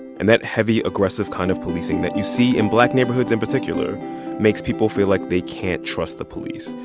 and that heavy, aggressive kind of policing that you see in black neighborhoods in particular makes people feel like they can't trust the police.